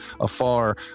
afar